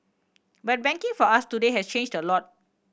but banking for us today has changed a lot